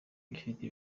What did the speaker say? ifite